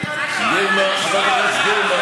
אתה דמגוג,